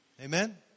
Amen